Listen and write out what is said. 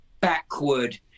backward